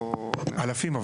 אלפים...